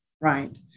right